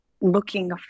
looking